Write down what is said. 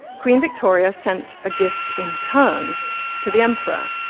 queen victoria sent a gift in turn to the emperor,